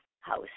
house